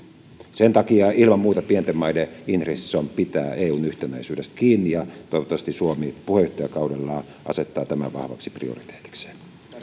sen takia ilman muuta pienten maiden intressissä on pitää eun yhtenäisyydestä kiinni ja toivottavasti suomi puheenjohtajakaudellaan asettaa tämän vahvaksi prioriteetikseen